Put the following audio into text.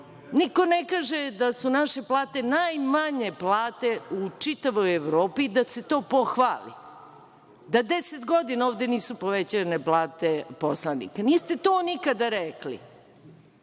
Niko ne kaže da su naše plate najmanje plate u čitavoj Evropi i da se to pohvali, da 10 godina ovde nisu povećavane plate poslanika. Niste to nikada rekli